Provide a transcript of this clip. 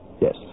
Yes